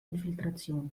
infiltration